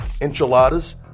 enchiladas